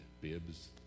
bibs